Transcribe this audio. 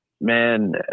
man